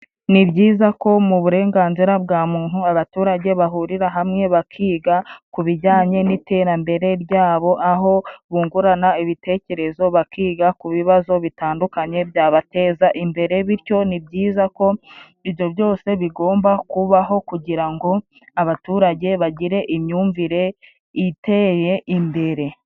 Ni byiza ko mu burenganzira bwa muntu, abaturage bahurira hamwe bakiga ku bijyanye n'iterambere ryabo, aho bungurana ibitekerezo bakiga ku bibazo bitandukanye byabateza imbere, bityo ni byiza ko ibyo byose bigomba kubaho kugira ngo abaturage bagire imyumvire iteye imbere.